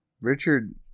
Richard